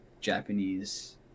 Japanese